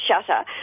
Shutter